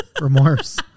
remorse